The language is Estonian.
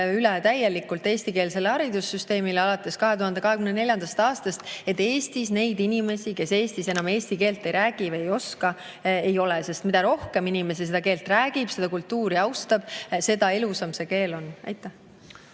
üle täielikult eestikeelsele haridussüsteemile alates 2024. aastast, et Eestis neid inimesi, kes Eestis eesti keelt ei räägi või ei oska, ei oleks. Mida rohkem inimesi seda keelt räägib, seda kultuuri austab, seda elusam see keel on. Mida